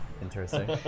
Interesting